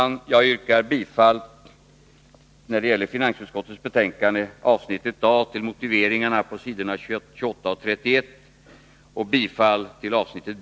När det gäller finansutskottets betänkande 20, avsnittet A, yrkar jag bifall till reservationerna 1 och 5 samt till utskottets motivering på s. 28-31.